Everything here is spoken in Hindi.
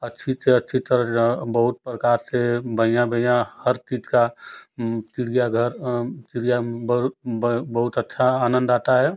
अच्छी से अच्छी तरह बहुत प्रकार से बढ़िया बढ़िया हर चीज का चिड़ियाघर चिड़िया बहु बहु बहुत अच्छा आनंद आता है